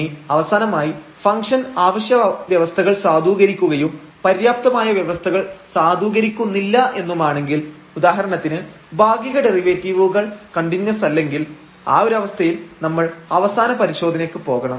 ഇനി അവസാനമായി ഫംഗ്ഷൻ അവശ്യ വ്യവസ്ഥകൾ സാധൂകരിക്കുകയും പര്യാപ്തമായ വ്യവസ്ഥകൾ സാധൂകരിക്കുന്നില്ല എന്നുമാണെങ്കിൽ ഉദാഹരണത്തിന് ഭാഗിക ഡെറിവേറ്റീവുകൾ കണ്ടിന്യൂസ് അല്ലെങ്കിൽ ആ ഒരു അവസ്ഥയിൽ നമ്മൾ അവസാന പരിശോധനയ്ക്ക് പോകണം